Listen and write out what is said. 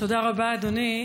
תודה רבה, אדוני.